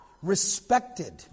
Respected